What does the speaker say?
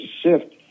shift